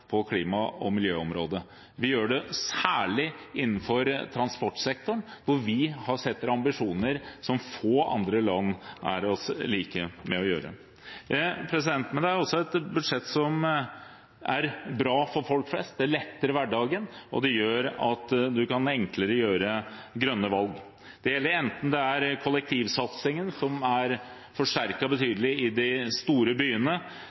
på klima- og miljøområdet. Vi gjør det særlig innenfor transportsektoren, hvor vi setter oss ambisjoner som få andre land gjør likt med oss. Men det er også et budsjett som er bra for folk flest. Det letter hverdagen, og det gjør at man enklere kan ta grønne valg. Det gjelder enten det er kollektivsatsingen, som er forsterket betydelig i de store byene,